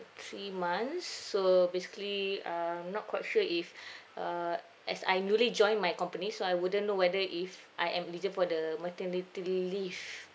three months so basically I'm not quite sure if uh as I newly joined my company so I wouldn't know whether if I am eligible for the maternity leave